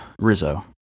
Rizzo